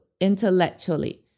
intellectually